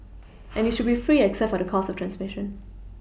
and it should be free except for the cost of transMission